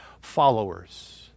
followers